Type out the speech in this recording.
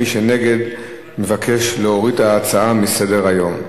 מי שנגד, מבקש להוריד את ההצעה מסדר-היום.